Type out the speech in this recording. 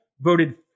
voted